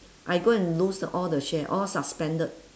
I go and lose to all the share all suspended